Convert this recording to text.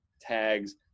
tags